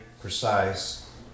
precise